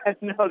No